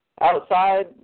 outside